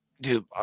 dude